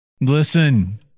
Listen